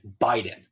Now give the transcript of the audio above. biden